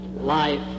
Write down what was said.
life